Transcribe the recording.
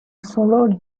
followed